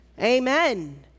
Amen